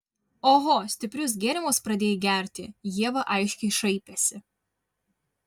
oho stiprius gėrimus pradėjai gerti ieva aiškiai šaipėsi